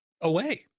away